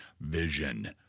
vision